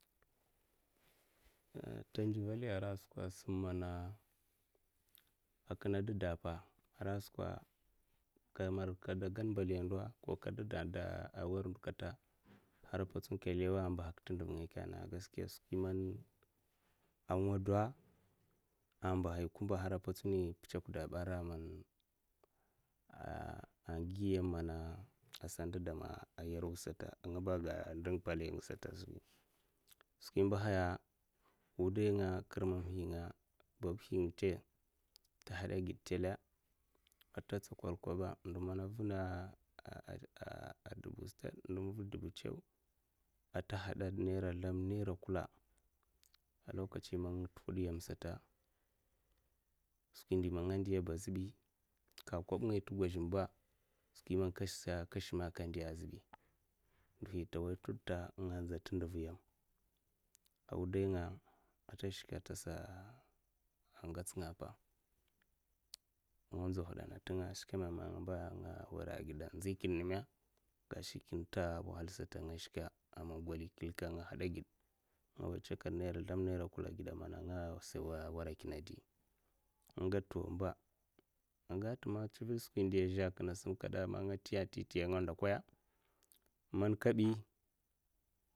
Ha tendivelya ara skwa'a, sim mana a kina didapa ara skwa'a kamar ka degan mbaliya ndo ka didade kamar kadegen mbaliya ndo ko kadidda war ndo katta hara'a, patsun ka mbahaka t'nduvngaya kena gaskiya skwi mani ai nga do ai mbahai kumba hara patsuna ipitsukdaba ara man ai gi yam mana asa ndidama ai yaru sata ingaba'a aga ndinga palai sata ai zhebi skwi immbahaya wudai nga kir mamhinga babbhi ngate ta hada gida tella'a, aita tsakwal koba a'nda an r'na dubu stad ndo manan v'na dubu tsawa tsakwal koba ndo mana v'na a tahada nera sldam nera kula a lokatsi man nga tuhot yamsata skwi man a nga ndiyaba ai zhibi ka kob ngaya ta gwazhemba skwi man ka shima'a, azhebi ndohi tawai tut'la nganza tivyam a, wudainga ta shka ai sa ai ngatsnga'aga ai nga nzawahaa a tinga'a, skweme amba anga wer a gidda nzikinnime skwi kinta a man nga shka a man gwali klika aman nga hadagid ngawai tsakwal nera sldam nera kula a gida mana a ngasa warakinadi nga gedkam to amba nga gatkam ma tsivit skwi indiya'a zhe kina simkata man nga tiyan titi a nga ndakwaya man kabi.